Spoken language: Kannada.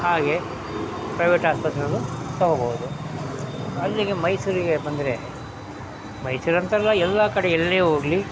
ಹಾಗೆ ಪ್ರೈವೇಟ್ ಆಸ್ಪತ್ರೆಯಲ್ಲೂ ತಗೊಳ್ಬೋದು ಅಲ್ಲಿಗೆ ಮೈಸೂರಿಗೆ ಬಂದರೆ ಮೈಸೂರು ಅಂತಲ್ಲ ಎಲ್ಲ ಕಡೆ ಎಲ್ಲೇ ಹೋಗ್ಲಿ